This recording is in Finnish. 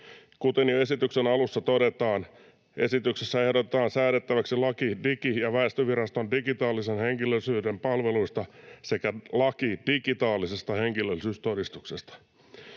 Kuten jo esityksen alussa todetaan, esityksessä ehdotetaan säädettäväksi laki Digi- ja väestötietoviraston digitaalisen henkilöllisyyden palveluista sekä laki digitaalisesta henkilöllisyystodistuksesta.